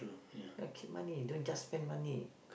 keep money don't just spend money